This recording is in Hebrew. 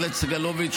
חבר הכנסת סגלוביץ',